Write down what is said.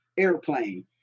airplane